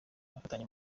bafatanye